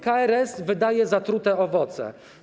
KRS wydaje zatrute owoce.